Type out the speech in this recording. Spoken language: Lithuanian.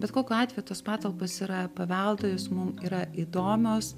bet kokiu atveju tos patalpos yra paveldo jos mum yra įdomios